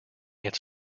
its